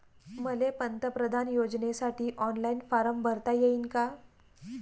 मले पंतप्रधान योजनेसाठी ऑनलाईन फारम भरता येईन का?